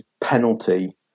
penalty